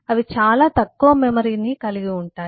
అవి చాలా తక్కువ మెమరీ ని కలిగి ఉంటాయి